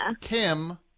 Kim